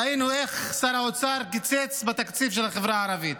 ראינו איך שר האוצר קיצץ בתקציב של החברה הערבית